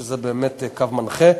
שזה באמת קו מנחה,